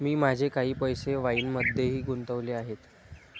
मी माझे काही पैसे वाईनमध्येही गुंतवले आहेत